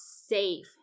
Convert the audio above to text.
safe